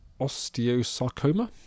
osteosarcoma